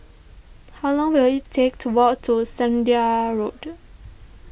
how long will it take to walk to Zehnder Road